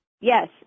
Yes